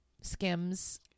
Skims